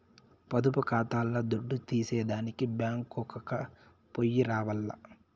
పొదుపు కాతాల్ల దుడ్డు తీసేదానికి బ్యేంకుకో పొయ్యి రావాల్ల